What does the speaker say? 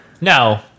No